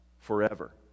forever